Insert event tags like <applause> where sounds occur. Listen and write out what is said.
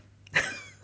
<laughs>